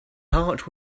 heart